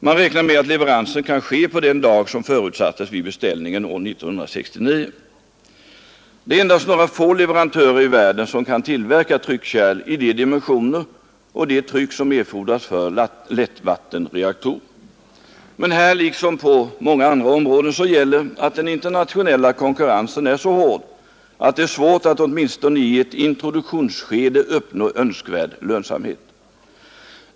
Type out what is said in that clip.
Man räknar med att leveransen kan ske på den dag som förutsattes vid beställningen år 1969. Endast några få leverantörer i världen kan tillverka tryckkärl i de dimensioner och de tryck som erfordras för lättvattenreaktorer. Här liksom på många andra områden gäller att den internationella konkurrensen är så hård, att det är svårt att åtminstone i ett introduktionsskede uppnå önskvärd lönsamhet.